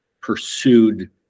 pursued